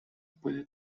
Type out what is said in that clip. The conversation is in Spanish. puede